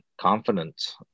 confidence